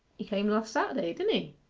he came last saturday, didn't he